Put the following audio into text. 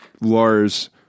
Lars